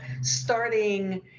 starting